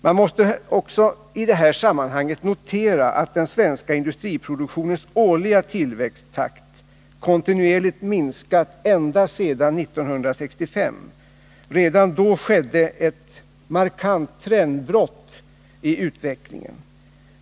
Man måste i detta sammanhang också notera att den svenska industriproduktionens årliga tillväxttakt kontinuerligt minskat ända sedan 1965. Redan då skedde ett markant trendbrott i utvecklingen.